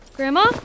Grandma